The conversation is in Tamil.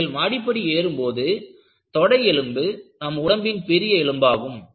நீங்கள் மாடிப்படி ஏறும்போது தொடை எலும்பு நம் உடம்பின் பெரிய எலும்பாகும்